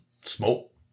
smoke